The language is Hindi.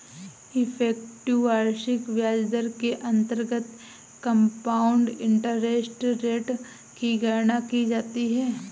इफेक्टिव वार्षिक ब्याज दर के अंतर्गत कंपाउंड इंटरेस्ट रेट की गणना की जाती है